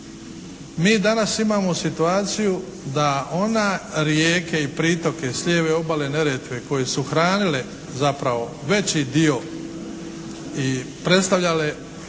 Mi danas imamo situaciju da ona rijeke i pritoke s lijeve obale Neretve koje su hranile zapravo veći dio i predstavljale